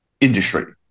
industry